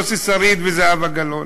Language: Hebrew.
יוסי שריד וזהבה גלאון.